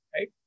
right